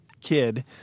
kid